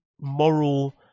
moral